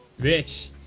bitch